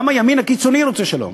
גם הימין הקיצוני רוצה שלום,